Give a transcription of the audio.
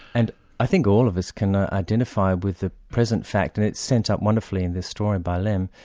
and i think all of us can identify with the present fact, and it's sent up wonderfully in this story by lem,